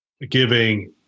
giving